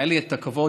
היה לי את הכבוד,